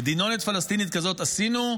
מדינונת פלסטינית כזאת עשינו,